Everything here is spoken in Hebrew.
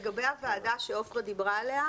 לגבי הוועדה שעופרה דיברה עליה,